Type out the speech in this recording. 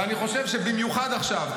ואני חושב שבמיוחד עכשיו,